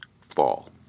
Fall